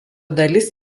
dalis